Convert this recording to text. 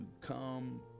come